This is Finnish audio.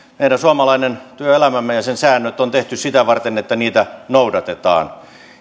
meidän suomalainen työelämämme ja sen säännöt on tehty sitä varten että niitä noudatetaan